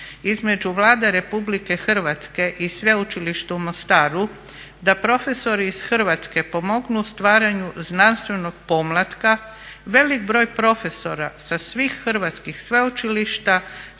između Vlade Republike Hrvatske i Sveučilišta u Mostaru da profesori iz Hrvatske pomognu u stvaranju znanstvenog pomlatka, veliki broj profesora sa svih hrvatskih sveučilišta